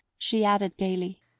she added gaily,